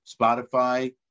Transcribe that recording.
Spotify